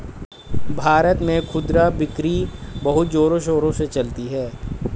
भारत में खुदरा बिक्री बहुत जोरों शोरों से चलती है